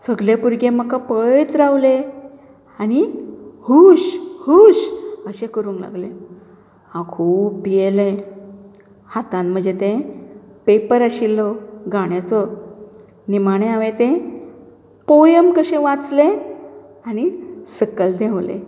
सगळे भुरगे म्हाका पळयतच रावले आनी हूश हूश अशें करूंक लागले हांव खूब भियेलें हातान म्हजे ते पेपर आशिल्लो गाण्याचो निमाणें हांवें तें पोयम कशें वाचलें आनी सकयल देंवलें